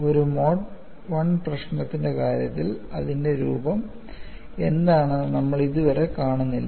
ഒരു mode I പ്രശ്നത്തിന്റെ കാര്യത്തിൽ അതിന്റെ രൂപം എന്താണെന്ന് നമ്മൾ ഇതുവരെ കാണുന്നില്ല